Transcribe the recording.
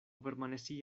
permanecí